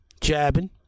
jabbing